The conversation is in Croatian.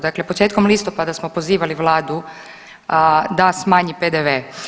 Dakle, početkom listopada smo pozivali Vladu da smanji PDV.